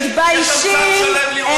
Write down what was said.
יש שם צד שלם לירות בו פוליטית, זה, שלכם.